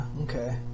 okay